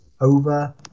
over